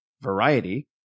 Variety